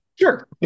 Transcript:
Sure